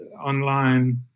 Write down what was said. online